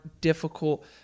difficult